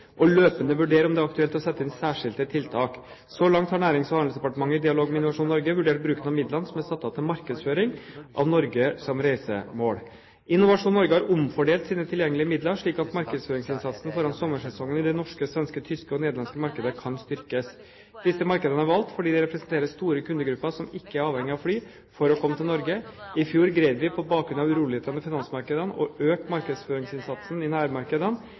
og løpende vurdere om det er aktuelt å sette inn særskilte tiltak. Så langt har Nærings- og handelsdepartementet i dialog med Innovasjon Norge vurdert bruken av midlene som er satt av til markedsføring av Norge som reisemål. Innovasjon Norge har omfordelt sine tilgjengelige midler slik at markedsføringsinnsatsen foran sommersesongen i det norske, svenske, tyske og nederlandske markedet kan styrkes. Disse markedene er valgt fordi de representerer store kundegrupper som ikke er avhengige av fly for å komme til Norge. I fjor greide vi på bakgrunn av urolighetene i finansmarkedene å øke markedsføringsinnsatsen i nærmarkedene.